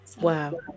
Wow